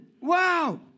Wow